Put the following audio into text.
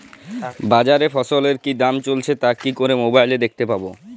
বাজারে ফসলের কি দাম চলছে তা কি করে মোবাইলে দেখতে পাবো?